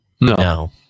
no